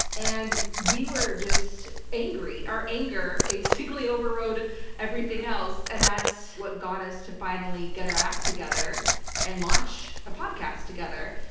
and we were just angry. our anger basically overrode everything else, and that's what got us to finally get our act together and launch a podcast together.